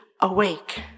awake